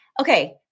okay